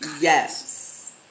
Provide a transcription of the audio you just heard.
yes